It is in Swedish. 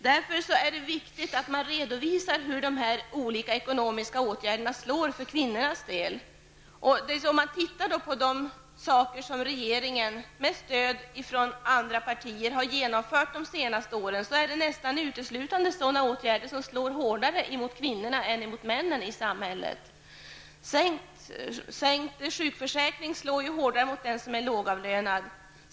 Därför är det viktigt att man redovisar hur de olika ekonomiska åtgärderna slår för kvinnornas del. De åtgärder som regeringen, med stöd från andra partier, har genomfört de senaste åren är nästan uteslutande åtgärder som slår hårdare mot kvinnorna än mot männen i samhället. En sänkt sjukförsäkring slår hårdare mot den som är lågavlönad.